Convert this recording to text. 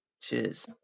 Cheers